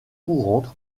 courante